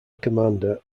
commander